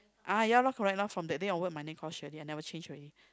uh ya lor correct lor from that day onwards my name call Shirley I never change already